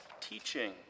teaching